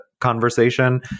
conversation